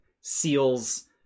seals